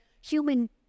human